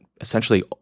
essentially